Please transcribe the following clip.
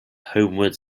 homewood